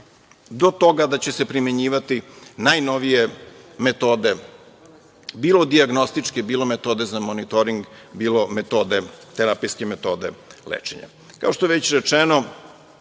do toga da će se primenjivati najnovije metode, bilo dijagnostičke, bilo metode za monitoring, bilo terapijske metode lečenja. Kao što je već rečeno,